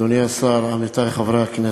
אדוני השר, עמיתי חברי הכנסת,